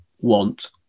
want